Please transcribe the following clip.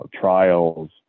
trials